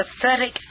pathetic